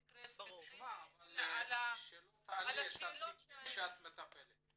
אבל שלא תעלי את המקרים שאת מטפלת בהם.